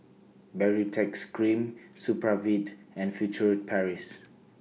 Baritex Cream Supravit and Furtere Paris